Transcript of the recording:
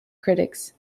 critics